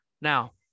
Now